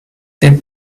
the